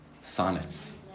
sonnets